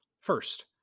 First